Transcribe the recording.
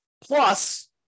Plus